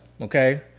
okay